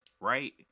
Right